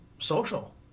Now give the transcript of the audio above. social